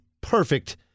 perfect